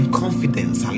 confidence